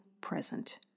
present